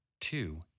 two